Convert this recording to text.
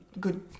good